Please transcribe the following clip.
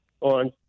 on